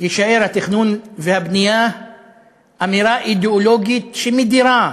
התכנון והבנייה אמירה אידיאולוגית שמדירה,